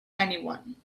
anyone